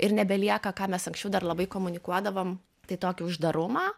ir nebelieka ką mes anksčiau dar labai komunikuodavom tai tokį uždarumą